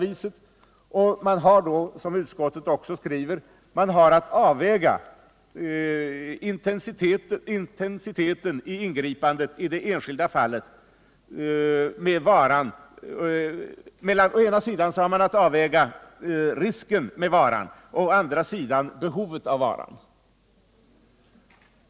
Vi har då, som utskottet också skriver, att avväga mellan å ena sidan risken med varan i det enskilda fallet, å andra sidan behovet av varan.